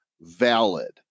valid